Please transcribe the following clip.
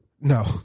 No